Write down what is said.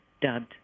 dubbed